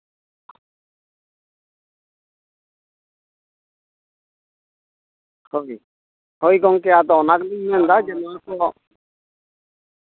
ᱦᱳᱭ ᱜᱚᱢᱠᱮ ᱟᱫᱚ ᱚᱱᱟ ᱜᱮᱞᱤᱧ ᱢᱮᱱᱫᱟ ᱡᱮ ᱱᱚᱣᱟ ᱠᱚ